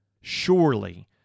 surely